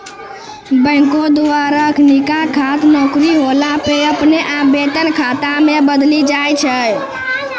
बैंको द्वारा अखिनका खाता नौकरी होला पे अपने आप वेतन खाता मे बदली जाय छै